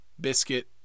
biscuit